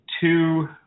two